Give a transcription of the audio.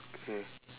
okay